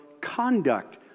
conduct